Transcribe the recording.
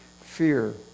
fear